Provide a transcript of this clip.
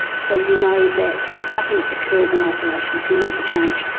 so you know that nothing occurs in isolation. if you make a change,